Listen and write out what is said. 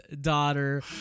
daughter